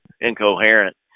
incoherent